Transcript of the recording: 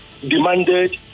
Demanded